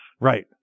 Right